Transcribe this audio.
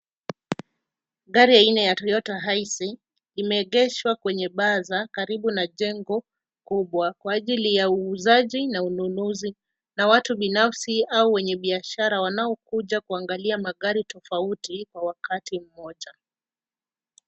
Gari aina ya Toyota Hiace imeegeshwa kwenye baza karibu kwenye jengo kubwa kwa ajili ya uuzaji na ununuzi na watu binafsi au wenye biashara wanaokuja kuangalia magari tofauti kwa wakati mmoja.